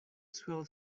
swell